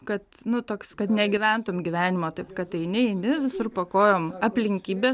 kad nu toks kad negyventum gyvenimo taip kad eini eini visur po kojom aplinkybės